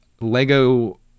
Lego